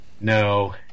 No